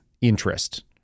interest